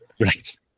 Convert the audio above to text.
Right